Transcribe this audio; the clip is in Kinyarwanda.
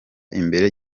imbere